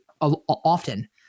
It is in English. often